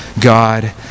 God